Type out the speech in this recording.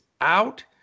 out